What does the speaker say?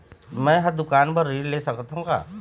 मैं हर दुकान बर ऋण ले सकथों का?